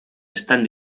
están